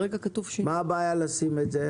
מה הבעיה לכתוב את זה?